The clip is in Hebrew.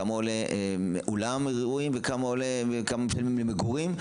כמה עולה אולם אירועים וכמה משלמים למגורים.